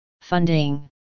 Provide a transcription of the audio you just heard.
Funding